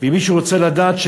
ומי שרוצה לדעת,